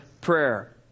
prayer